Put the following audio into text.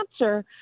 answer